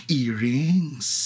earrings